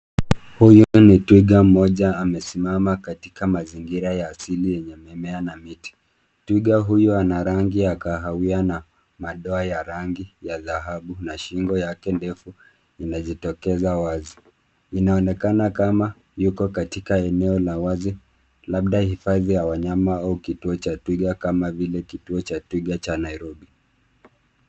Huyu ni twiga mmoja amesimama katika mazingira ya asili yenye mimea na miti. Twiga huyu ana rangi ya kahawia na madoa ya rangi ya dhahabu na shingo yake ndefu imejitokeza wazi. Inaonekana kama yuko katika eneo la wazi labda hifadhi ya wanyama au kituo cha twiga kama vile kituo cha twiga cha Nairobi.